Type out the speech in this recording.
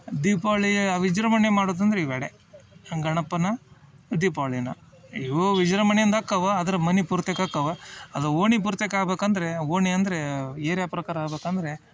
ದೀಪಾವಳಿ ವಿಜೃಂಭಣೆ ಮಾಡೋದಂದರೆ ಇವ ಎರಡೇ ಹಾಂ ಗಣಪನನ್ನ ದೀಪಾವಳಿ ಇವು ವಿಜೃಂಭಣೆಯಿಂದ ಅಕ್ಕಾವ ಆದ್ರೆ ಮನೆ ಪೂರ್ತಿ ಕಕ್ಕವ ಅದು ಓಣಿ ಬರ್ತೆಕಾಗ್ಬೇಕಂದರೆ ಓಣಿ ಅಂದರೆ ಏರ್ಯಾ ಪ್ರಕಾರ ಆಬೇಕಂದರೆ